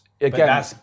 again